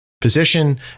position